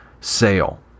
sale